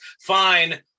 fine